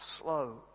slow